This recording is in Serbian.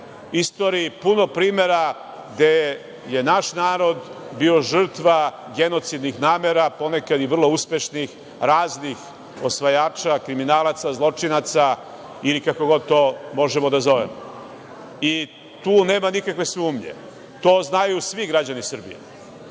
istoriji puno primera gde je naš narod bio žrtva genocidnih namera, ponekad i vrlo uspešnih raznih osvajača, kriminalaca, zločinaca, ili kako god to možemo da zovemo. Tu nema nikakve sumnje, to znaju svi građani Srbije.